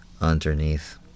underneath